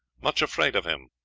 much afraid of him.